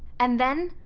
and then,